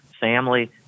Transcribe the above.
family